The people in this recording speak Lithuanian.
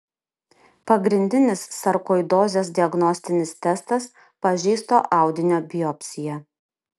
pagrindinis sarkoidozės diagnostinis testas pažeisto audinio biopsija